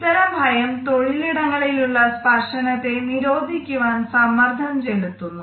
ഇത്തരം ഭയം തൊഴിലിടങ്ങളിൽ ഉള്ള സ്പർശനത്തെ നിരോധിക്കുവാൻ സമ്മർദ്ദം ചെലുത്തുന്നു